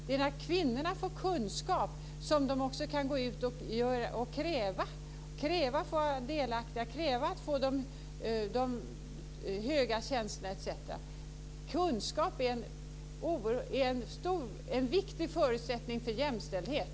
Det är när kvinnorna får kunskap som de också kan kräva delaktighet, kräva att få de höga tjänsterna etc. Kunskap är en viktig förutsättning för jämställdhet.